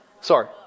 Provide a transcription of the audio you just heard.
Sorry